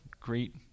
great